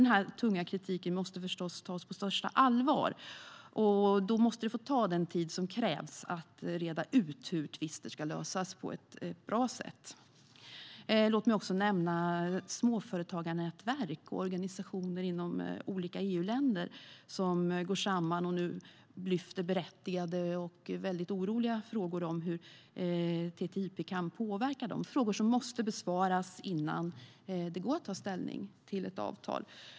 Den tunga kritiken måste förstås tas på största allvar, och då måste det få ta den tid som krävs att reda ut hur tvister ska lösas på ett bra sätt. Låt mig också nämna småföretagarnätverk och organisationer inom olika EU-länder som går samman och nu ställer berättigade och oroliga frågor om hur TTIP kan påverka dem. Det är frågor som måste besvaras innan det går att ta ställning till ett avtal.